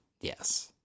Yes